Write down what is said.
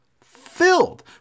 filled